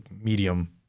medium